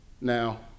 now